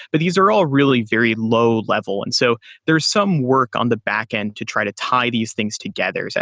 but these are all really very low level. and so there's some work on the backend to try to tie these things together. so